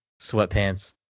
sweatpants